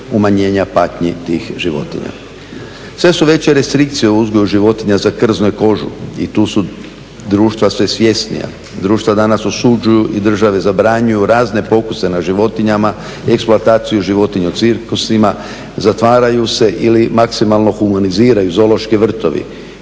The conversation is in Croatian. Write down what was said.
umanjenja patnji tih životinja. Sve su veće restrikcije u uzgoju životinja za krzno i kožu, i tu su društva sve svjesnija. Društva danas osuđuju i države zabranjuju razne pokuse na životinjama, eksploataciju životinja u cirkusima, zatvaraju se ili maksimalno humaniziraju zoološki vrtovi,